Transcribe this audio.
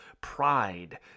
Pride